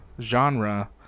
genre